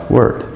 Word